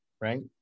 right